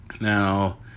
Now